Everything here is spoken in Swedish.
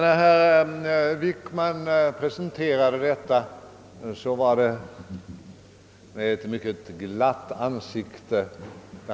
När herr Wickman presenterade nyheten gjorde han det med ett mycket glatt ansikte.